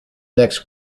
next